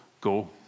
go